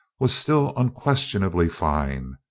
was still unquestionably fine.